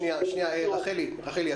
רחלי,